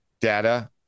data